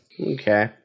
Okay